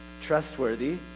trustworthy